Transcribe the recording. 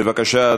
בבקשה,